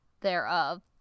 thereof